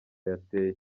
yateye